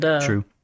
true